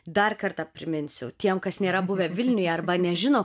dar kartą priminsiu tiem kas nėra buvę vilniuje arba nežino